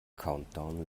countdown